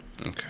Okay